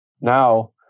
Now